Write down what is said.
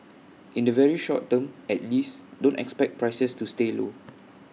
in the very short term at least don't expect prices to stay low